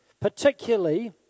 Particularly